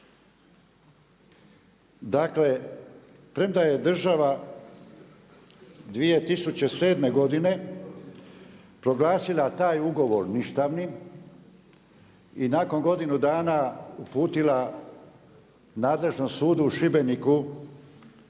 Dakle premda je država 2007. godine proglasila taj ugovor ništavnim i nakon godinu dana uputila nadležnom sudu u Šibeniku